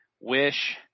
wish